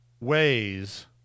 ways